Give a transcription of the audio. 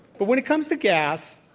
but when it comes to gas,